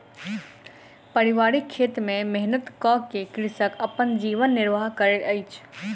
पारिवारिक खेत में मेहनत कअ के कृषक अपन जीवन निर्वाह करैत अछि